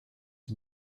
het